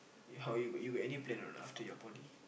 how you you got any plan or not after your poly